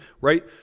right